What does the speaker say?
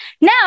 Now